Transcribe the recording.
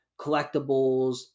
collectibles